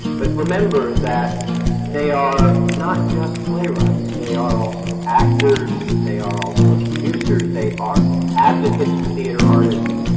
but remember that they are not just playwrights. they are also actors, they are also producers, they are advocates for theatre artists,